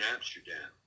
Amsterdam